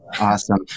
awesome